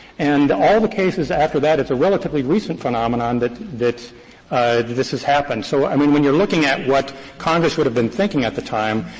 and all the cases after that, it's a relatively recent phenomenon that that this has happened. so, i mean, when you are looking at what congress would have been thinking at the time,